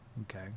okay